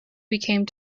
became